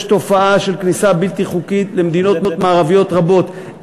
יש תופעה של כניסה בלתי חוקית למדינות מערביות רבות,